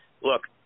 look